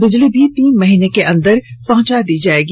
बिजली भी तीन महीने के अंदर पहुंचायी जाएगी